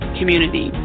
community